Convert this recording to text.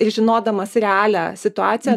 ir žinodamas realią situaciją